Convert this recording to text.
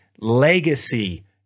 legacy